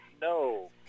no